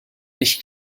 nicht